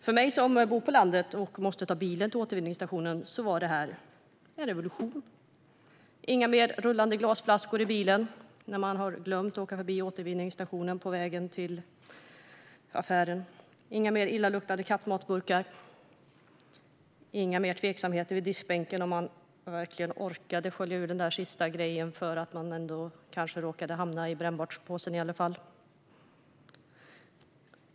För mig som bor på landet och måste ta bilen till återvinningsstationen var det en revolution. Inga mer rullande glasflaskor i bilen när man har glömt att åka förbi återvinningsstationen på vägen till affären. Inga mer illaluktande kattmatsburkar. Inga mer tveksamheter vid diskbänken om man verkligen orkade skölja ut den sista grejen. Den kanske råkade hamna i brännbartpåsen i varje fall.